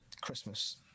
Christmas